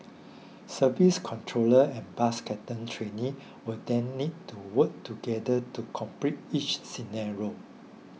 service controllers and bus captain trainees will then need to work together to complete each scenario